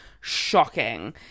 shocking